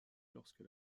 lorsque